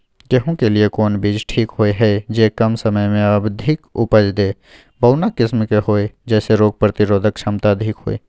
गेहूं के लिए कोन बीज ठीक होय हय, जे कम समय मे अधिक उपज दे, बौना किस्म के होय, जैमे रोग प्रतिरोधक क्षमता अधिक होय?